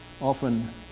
often